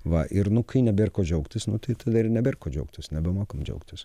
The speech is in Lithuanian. va ir nu kai nebėr kuo džiaugtis nu tada ir nebėr kuo džiaugtis nebemokam džiaugtis